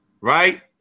Right